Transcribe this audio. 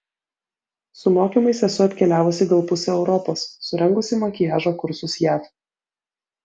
su mokymais esu apkeliavusi gal pusę europos surengusi makiažo kursus jav